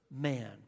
man